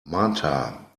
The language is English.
marta